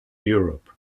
europe